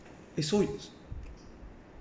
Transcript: eh so is